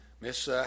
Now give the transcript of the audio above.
Miss